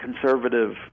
conservative